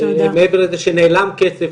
מעבר לזה שנעלם כסף,